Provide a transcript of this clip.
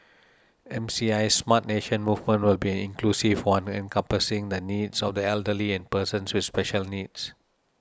M C I Smart Nation movement will be an inclusive one encompassing the needs of the elderly and persons with special needs